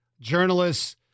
journalists